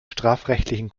strafrechtlichen